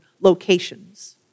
locations